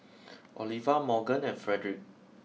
Oliva Morgan and Fredrick